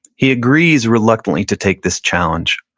he agrees reluctantly to take this challenge.